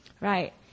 right